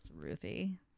Ruthie